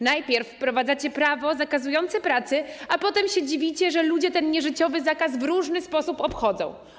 Najpierw wprowadzacie prawo zakazujące pracy, a potem się dziwicie, że ludzie ten nieżyciowy zakaz w różny sposób obchodzą.